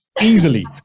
easily